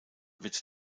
wird